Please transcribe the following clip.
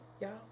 y'all